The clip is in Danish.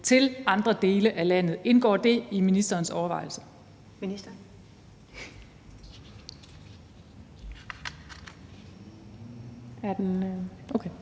til andre dele af landet? Indgår det i ministerens overvejelser?